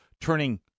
turning